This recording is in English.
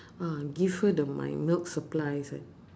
uh give her the my milk supplies eh